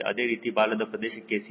ಅದೇ ರೀತಿ ಬಾಲದ ಪ್ರದೇಶಕ್ಕೆ CR ಮೌಲ್ಯವು 0